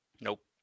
nope